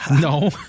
No